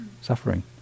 suffering